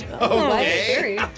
Okay